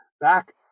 back